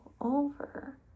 over